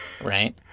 Right